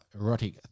erotic